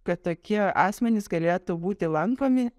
kad tokie asmenys galėtų būti lankomi